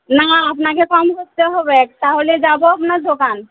না আপনাকে কম করতে হবে তাহলে যাব আপনার দোকান